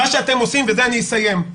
בזה אני אסיים,